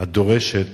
הדורשת